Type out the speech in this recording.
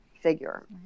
figure